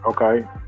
Okay